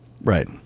right